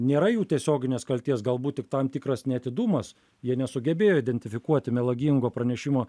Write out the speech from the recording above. nėra jų tiesioginės kaltės galbūt tik tam tikras neatidumas jie nesugebėjo identifikuoti melagingo pranešimo